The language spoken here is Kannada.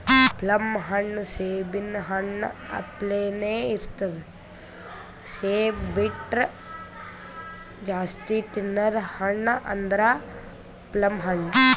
ಪ್ಲಮ್ ಹಣ್ಣ್ ಸೇಬಿನ್ ಹಣ್ಣ ಅಪ್ಲೆನೇ ಇರ್ತದ್ ಸೇಬ್ ಬಿಟ್ರ್ ಜಾಸ್ತಿ ತಿನದ್ ಹಣ್ಣ್ ಅಂದ್ರ ಪ್ಲಮ್ ಹಣ್ಣ್